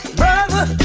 brother